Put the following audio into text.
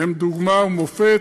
הם דוגמה ומופת.